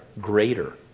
greater